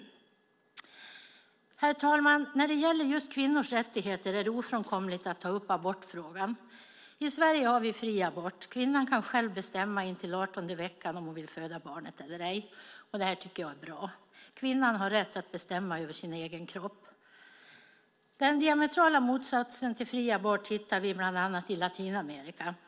Herr talman! När det gäller just kvinnors rättigheter är det ofrånkomligt att ta upp abortfrågan. I Sverige har vi fri abort. Kvinnan kan själv bestämma intill den 18:e veckan om hon vill föda barnet eller ej. Det tycker jag är bra. Kvinnan har rätt att bestämma över sin egen kropp. Den diametrala motsatsen till fri abort hittar vi bland annat i Latinamerika.